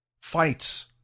fights